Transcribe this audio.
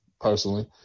personally